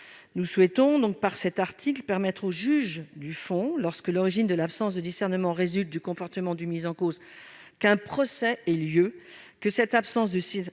nous souhaitons permettre au juge du fond de décider, lorsque l'origine de l'absence de discernement résulte du comportement du mis en cause, qu'un procès ait lieu, que cette absence de